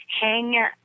hang